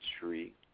tree